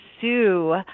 sue